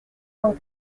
sans